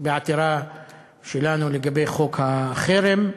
בעתירה שלנו לגבי חוק החרם,